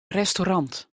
restaurant